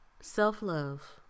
self-love